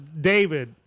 David